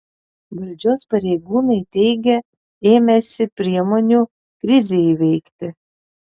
valdžios pareigūnai teigia ėmęsi priemonių krizei įveikti